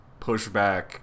pushback